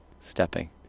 stepping